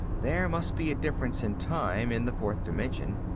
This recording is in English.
there must be a difference in time in the fourth dimension.